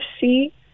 see